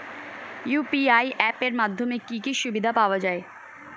UPI app এর মাধ্যমে কি কি সুবিধা পাওয়া যায়?